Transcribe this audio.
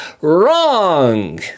Wrong